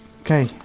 Okay